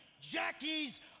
Jackie's